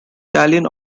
italian